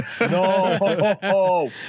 No